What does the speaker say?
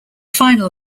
final